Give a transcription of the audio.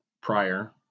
prior